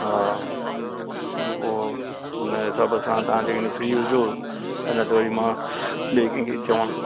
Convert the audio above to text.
हा त पोइ हुन जे हिसाब सां तव्हां जेकॾहिं फ्री हुजो त न त वरी मां ॿिए कंहिंखे चवां